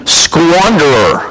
squanderer